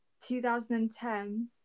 2010